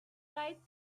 right